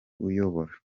uyobora